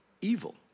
evil